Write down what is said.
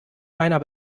meiner